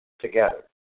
together